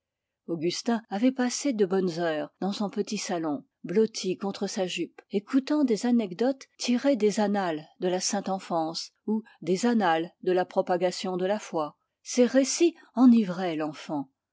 augustin avait passé de bonnes heures dans son petit salon blotti contre sa jupe écoutant des anecdotes tirées des annales de la sainte enfance ou des annales de la propagation de la foi ces récits enivraient l'enfant